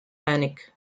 panic